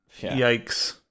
Yikes